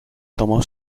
tomó